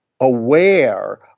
aware